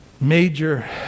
major